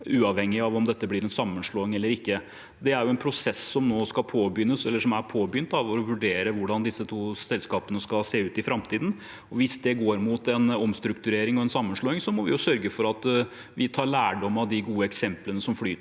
uavhengig av om dette blir en sammenslåing eller ikke. Det er en prosess som er påbegynt for å vurdere hvordan disse to selskapene skal se ut i framtiden. Hvis det går mot en omstrukturering og sammenslåing, må vi jo sørge for at vi tar lærdom av de gode eksemplene som Flytoget